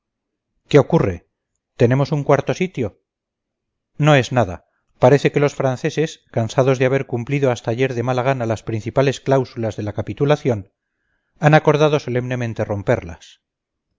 qué ocurre tenemos un cuarto sitio no es nada parece que los franceses cansados de haber cumplido hasta ayer de mala gana las principales cláusulas de la capitulación han acordado solemnemente romperlas